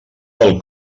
del